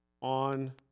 on